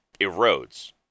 erodes